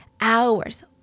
hours